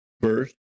first